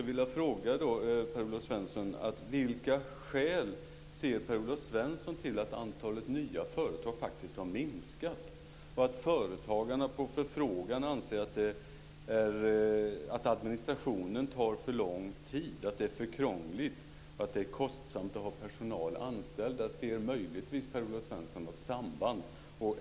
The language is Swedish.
Vilka skäl ser Per-Olof Svensson till att antalet nya företag faktiskt har minskat? Företagarna anser, på förfrågan, att administrationen tar för lång tid. Den är för krånglig. Det är kostsamt att ha personal anställd. Ser möjligtvis Per-Olof Svensson något samband?